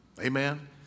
Amen